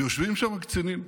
ויושבים שם קצינים,